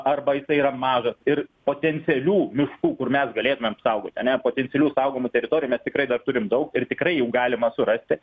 arba jisai yra mažas ir potencialių miškų kur mes galėtumėm saugot ane potencialių saugomų teritorijų mes tikrai dar turim daug ir tikrai jų galima surasti